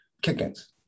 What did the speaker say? kick-ins